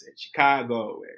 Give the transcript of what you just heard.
Chicago